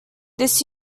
this